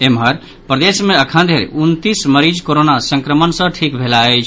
एम्हर प्रदेश मे अखन धरि उनतीस मरीज कोरोना संक्रमण सँ ठिक भेलाह अछि